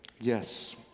yes